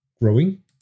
growing